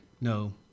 no